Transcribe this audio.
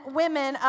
women